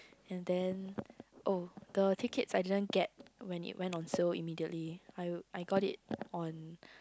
and then oh the tickets I didn't get when it went on sale immediately I I got it on